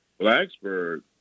Blacksburg